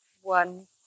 One